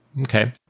Okay